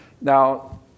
Now